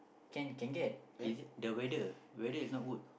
can can get it's just the weather weather is not good